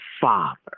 Father